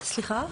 סליחה?